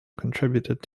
contributed